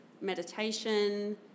Meditation